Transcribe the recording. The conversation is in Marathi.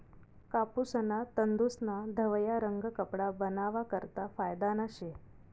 कापूसना तंतूस्ना धवया रंग कपडा बनावा करता फायदाना शे